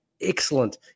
excellent